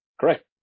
Correct